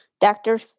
Doctor